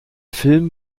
film